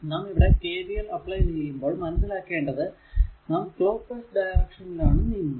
നാം ഇവിടെ KVL apply ചെയ്യുമ്പോൾ മനസ്സിലാക്കേണ്ടത് നാം ക്ലോക്ക് വൈസ് ആയാണ് നീങ്ങുന്നത്